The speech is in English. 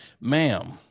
Ma'am